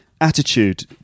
attitude